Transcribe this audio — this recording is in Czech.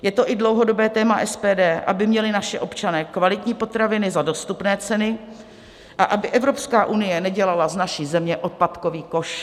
Je to i dlouhodobé téma SPD, aby měli naši občané kvalitní potraviny za dostupné ceny a aby Evropská unie nedělala z naší země odpadkový koš.